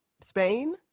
Spain